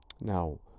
Now